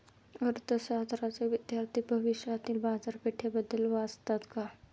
अर्थशास्त्राचे विद्यार्थी भविष्यातील बाजारपेठेबद्दल वाचतात का?